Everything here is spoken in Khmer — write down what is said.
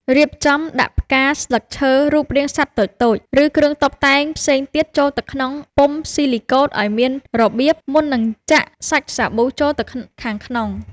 រៀបចំដាក់ផ្កា ស្លឹកឈើ រូបរាងសត្វតូចៗ ឬគ្រឿងតុបតែងផ្សេងទៀតចូលទៅក្នុងពុម្ពស៊ីលីកូតឱ្យមានរបៀប មុននឹងចាក់សាច់សាប៊ូចូលទៅខាងក្នុង។